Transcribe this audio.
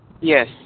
Yes